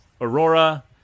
Aurora